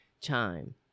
time